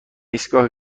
ایستگاه